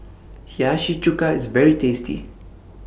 Hiyashi Chuka IS very tasty